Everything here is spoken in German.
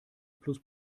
plus